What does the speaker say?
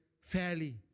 fairly